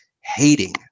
hating